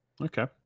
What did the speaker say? Okay